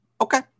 Okay